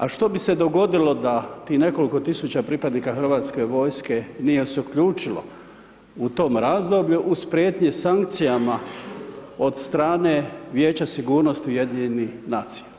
A što bi se dogodilo da tih nekoliko tisuća pripadnika HVO-a nije se uključilo u tom razdoblju uz prijetnje sankcijama od strane Vijeća sigurnosti UN-a?